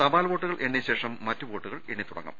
തപാൽ വോട്ടുകൾ എണ്ണിയ ശേഷം മറ്റ് വോട്ടുകൾ എണ്ണിത്തുട ങ്ങും